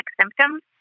symptoms